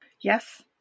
Yes